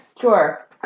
Sure